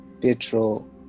petrol